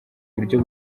buryo